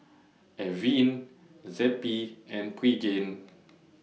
Avene Zappy and Pregain